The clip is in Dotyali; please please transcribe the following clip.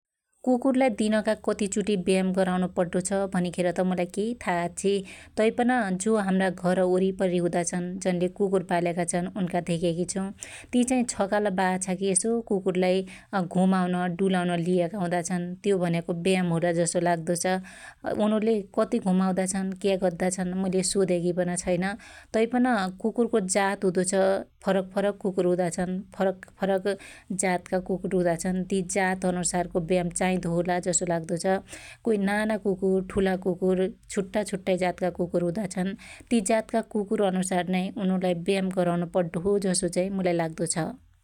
कुकुरलाई दिनका कती चुटी व्याम गराउनु पड्डो छ भनिखेर त मलाई केहि थाहा आछ्छि तैपन जो हाम्रा घर वरिपरि हुदा छन् जनले कुकुर पाल्याका छन उनका धेक्याकी छु ती चाहि छकाल बाहाछाकी यसो कुकुरलाई घुमाउन डुलाउन लियाका हुदाछन् । त्यो भन्याको व्याम होला जसो लाग्दो छ ,उनुले कती घुमाउदा छन क्या गद्दा छन मुइले सोध्याकी पन छैन । तैपन कुकुरको जात हुदो छ फरक फरक कुकुर हुदा छन फरक फरक जातका कुकुर हुदा छन् ती जात अनुसारको व्याम चाइदोहोला जसो लाग्दो छ । कोई नाना कुकुर कोई ठुला कुकुर छुट्टाछुट्टै जातका कुकुर हुदा छन् । ती जातका कुकुर अनुसार नै उनुलाई व्याम गराउनु पड्डो हो जसो चाहि मुलाइ लाग्द छ ।